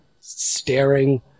staring